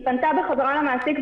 היא פנתה בחזרה למעסיק,